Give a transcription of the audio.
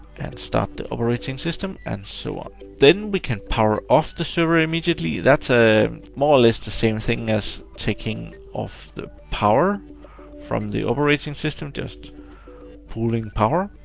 and stop the operating system and so on. then we can power off the server immediately. that's ah more or less the same thing as taking off the power from the operating system, just pulling power.